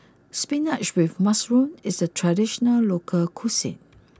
spinach with Mushroom is a traditional local cuisine